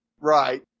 Right